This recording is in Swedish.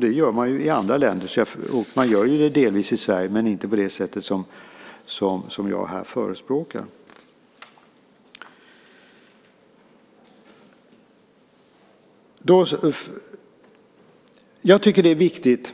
Det gör man ju i andra länder, och man gör det delvis i Sverige men inte på det sättet som jag här förespråkar. Jag tycker att det är viktigt